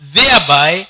thereby